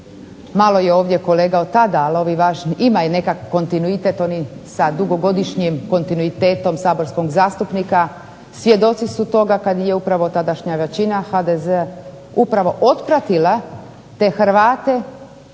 malo je ovdje kolega otada, ali ovi važni imaju nekakvi kontinuitet oni sa dugogodišnjim kontinuitetom saborskog zastupnika svjedoci su toga kad im je upravo tadašnja većina HDZ-a upravo otpratila te Hrvate